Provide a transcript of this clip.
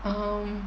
um